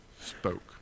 spoke